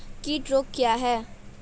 कीट रोग क्या है?